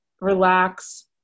relax